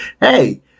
hey